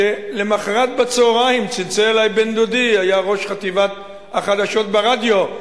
שלמחרת בצהריים צלצל אלי בן-דודי שהיה ראש חטיבת החדשות ברדיו.